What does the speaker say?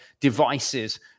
devices